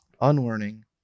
unlearning